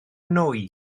nwy